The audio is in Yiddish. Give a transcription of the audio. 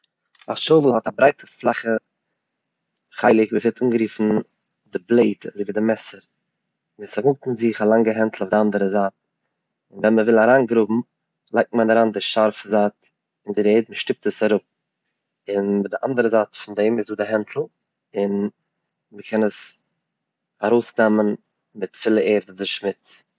א שאוועל האט א ברייטע פלאכע חלק וואס ווערט אנגערופן די בלעיד אזוי ווי די מעסער, עס פארמאגט אין זיך א לאנגע הענטל די אנדערע זייט, ווען מען וויל אריינגראבן לייגט מען אריין די שארפע זייט אין די ערד מען שטופט עס אראפ, און די אנדערע זייט פון דעם איז דא די הענטל און מען קען עס ארויסנעמען מיט פולע ערד אדער שמוץ.